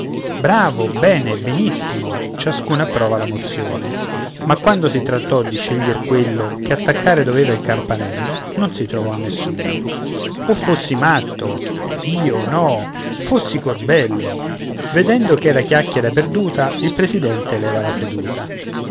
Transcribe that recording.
bravo bene benissimo ciascuno approva la mozione ma quando si trattò di sceglier quello che attaccare doveva il campanello non si trovò nessuno o fossi matto io no fossi corbello vedendo ch'era chiacchiera perduta il presidente leva la seduta